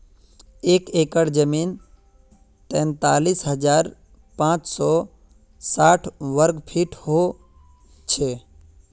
एक एकड़ जमीन तैंतालीस हजार पांच सौ साठ वर्ग फुट हो छे